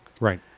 Right